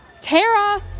tara